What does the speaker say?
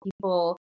people